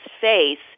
face